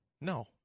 No